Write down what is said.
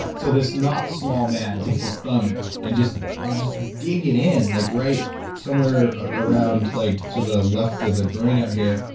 so this not small man takes his thumb and and just, you just dig it in like right somewhere around like, to the left of the groin out here,